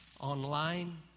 online